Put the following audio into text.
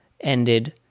ended